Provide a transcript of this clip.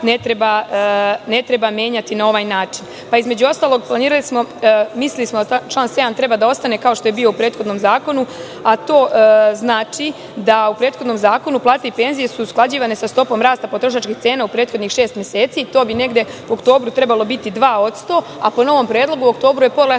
ne treba menjati na ovaj način. Između ostalog, mislili smo da član 7. treba da ostane, kao što je bio u prethodnom zakonu, a to znači da su u prethodnom zakonu plate i penzije usklađivane sa stopom rasta potrošačkih cena u prethodnih šest meseci. To bi negde u oktobru trebalo biti 2%. Po novom predlogu u oktobru je